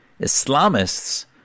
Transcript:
Islamists